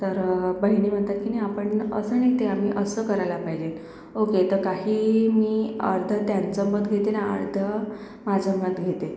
तर बहिणी म्हणतात की नाही आपण असं नाही ते आम्ही असं करायला पाहिजे ओके तर काही मी अर्धं त्यांचं मत घेते आणि अर्धं माझं मत घेते